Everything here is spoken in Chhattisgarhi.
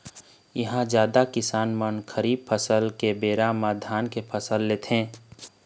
इहां जादा किसान मन खरीफ फसल के बेरा म धान के फसल लेथे